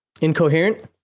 incoherent